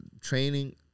training